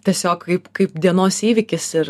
tiesiog kaip kaip dienos įvykis ir